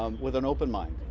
um with an open mind.